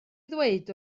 ddweud